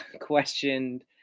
questioned